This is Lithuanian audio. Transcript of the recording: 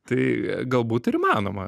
tai galbūt ir įmanoma